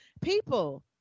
People